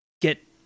get